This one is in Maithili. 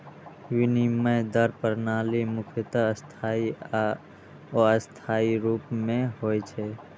विनिमय दर प्रणाली मुख्यतः स्थायी आ अस्थायी रूप मे होइ छै